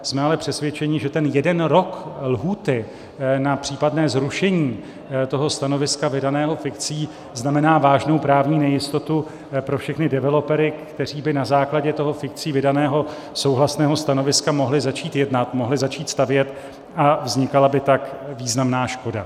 Jsme ale přesvědčeni, že ten jeden rok lhůty na případné zrušení stanoviska vydaného fikcí znamená vážnou právní nejistotu pro všechny developery, kteří by na základě fikcí vydaného souhlasného stanoviska mohli začít jednat, mohli začít stavět, a vznikala by tak významná škoda.